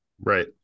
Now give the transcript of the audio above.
right